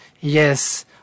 Yes